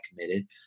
committed